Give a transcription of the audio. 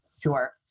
Sure